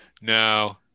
No